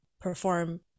perform